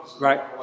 Right